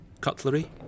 cutlery